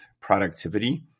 productivity